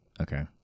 Okay